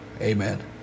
Amen